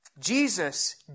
Jesus